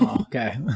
Okay